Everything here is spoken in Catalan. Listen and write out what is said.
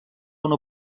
una